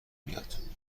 بیاد